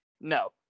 No